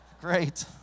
great